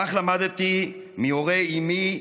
כך למדתי מהורי אימי,